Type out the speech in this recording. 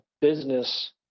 business